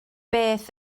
beth